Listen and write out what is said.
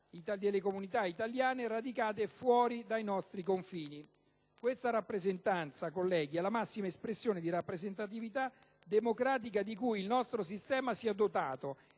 delle comunità italiane radicate fuori dai nostri confini. Tale rappresentanza è la massima espressione di rappresentatività democratica di cui il nostro sistema si è dotato,